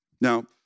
Now